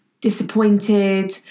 disappointed